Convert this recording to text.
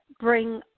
bring